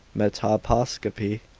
metoposcopy,